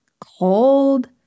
cold